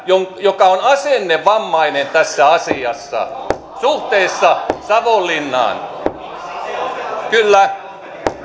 joka joka on asennevammainen tässä asiassa suhteessa savonlinnaan kyllä